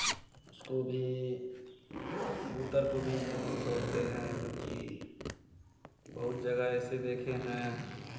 उसको भी कबूतर को भी नहीं छोड़ते हैं जोकि बहुत जगह ऐसे देखे हैं